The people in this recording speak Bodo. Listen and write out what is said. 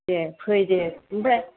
दे फै दे ओमफ्राय